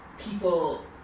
people